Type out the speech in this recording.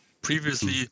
previously